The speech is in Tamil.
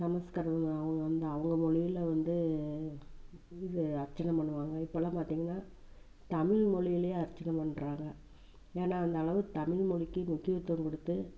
சமஸ்கிருதம் அவங்க வந்து அவங்க மொழியில் வந்து அர்ச்சனை பண்ணுவாங்க இப்போலாம் பார்த்தீங்கன்னா தமிழ் மொழியிலேயே அர்ச்சனை பண்ணுறாங்க ஏன்னால் அந்தளவுக்கு தமிழ் மொழிக்கு முக்கியத்துவம் கொடுத்து